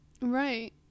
right